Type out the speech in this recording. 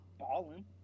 balling